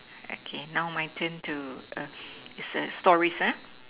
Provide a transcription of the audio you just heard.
okay now my turn to err ask it's a stories ah